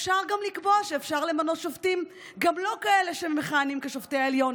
אפשר גם לקבוע שאפשר למנות גם לא שופטים שמכהנים כשופטי העליון.